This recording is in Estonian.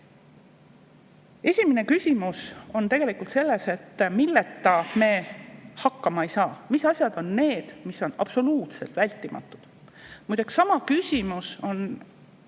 Esimene küsimus on see, et milleta me hakkama ei saa, mis asjad on need, mis on absoluutselt vältimatud. Muide, sama küsimus on